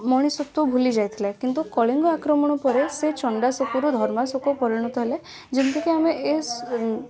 ମଣିଷତ୍ଵ ଭୁଲି ଯାଇଥିଲେ କିନ୍ତୁ କଳିଙ୍ଗ ଆକ୍ରମଣ ପରେ ସେ ଚଣ୍ଡାଶୋକରୁ ଧର୍ମାଶୋକ ପରିଣତ ହେଲେ ଯେମିତି କି ଆମ ଏଜ